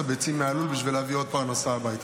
הביצים מהלול בשביל להביא עוד פרנסה הביתה,